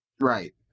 Right